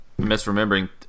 misremembering